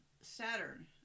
Saturn